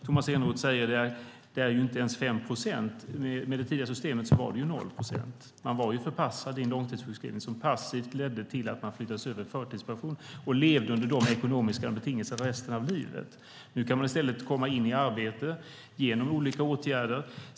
Tomas Eneroth säger att det inte ens är 5 procent. Men med det tidigare systemet var det 0 procent. Man var förpassad i långtidssjukskrivning som passivt ledde till att man flyttades över i förtidspension och sedan levde under de ekonomiska betingelserna resten av livet. Nu kan man i stället komma in i arbete genom olika åtgärder.